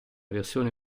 versione